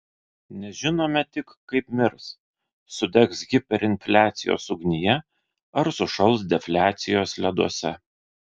nežinome tik kaip mirs sudegs hiperinfliacijos ugnyje ar sušals defliacijos leduose